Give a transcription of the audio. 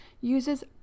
uses